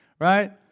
right